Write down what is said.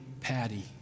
patty